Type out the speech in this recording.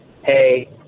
Hey